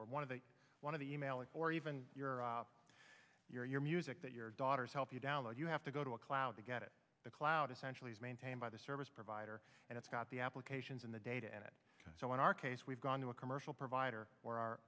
or one of the one of the email it or even your music that your daughters help you download you have to go to a cloud to get it the cloud essentially is maintained by the service provider and it's got the applications in the data and so in our case we've gone to a commercial provider where